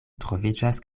troviĝas